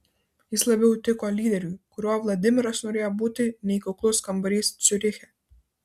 jis labiau tiko lyderiui kuriuo vladimiras norėjo būti nei kuklus kambarys ciuriche